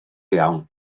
iawn